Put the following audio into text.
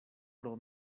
pro